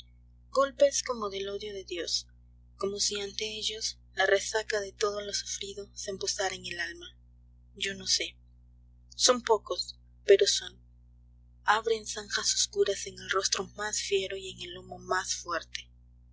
golpes como del odio de dios como si ante ellos la resaca de todo lo sufrido se empozara en el alma yo no sé son pocos pero son abien zanjas oscuras en el rostro mas fiero y en el lomo mas fuerte